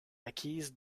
acquise